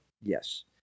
Yes